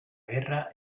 guerra